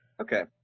okay